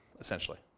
essentially